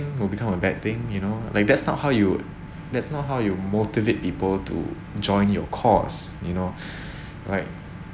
will become a bad thing you know like that's not how you that's not how you motivate people to join your cause you know like